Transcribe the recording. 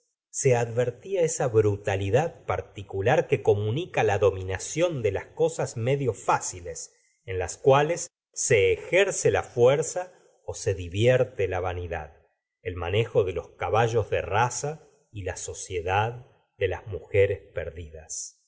se advertía esa la señora de bovary brutalidad particular que comunica la dominación de las cosas medio fáciles en las cuales se ejerce la fuerza ó se divierte la vanidad el manejo de los caballos de raza y la sociedad de las mujeres perdidas